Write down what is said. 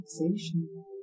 relaxation